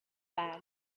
bag